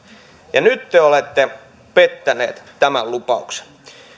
ja nyt te olette pettänyt tämän lupauksen